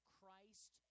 Christ